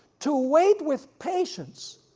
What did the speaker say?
to wait with patience,